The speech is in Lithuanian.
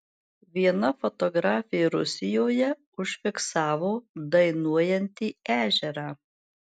viena fotografė rusijoje užfiksavo dainuojantį ežerą